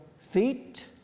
feet